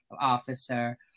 officer